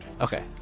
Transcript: Okay